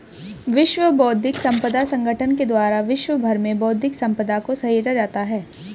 विश्व बौद्धिक संपदा संगठन के द्वारा विश्व भर में बौद्धिक सम्पदा को सहेजा जाता है